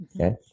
Okay